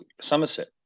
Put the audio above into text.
Somerset